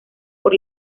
por